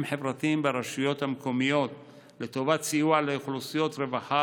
חברתיים ברשויות המקומיות לטובת סיוע לאוכלוסיות רווחה